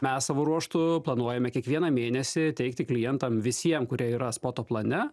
mes savo ruožtu planuojame kiekvieną mėnesį teikti klientam visiem kurie yra spoto plane